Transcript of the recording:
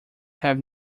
have